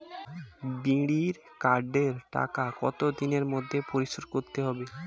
বিড়ির কার্ডের টাকা কত দিনের মধ্যে পরিশোধ করতে হবে?